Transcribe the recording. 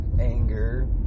Anger